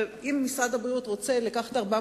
ואם משרד הבריאות רוצה לקחת את 400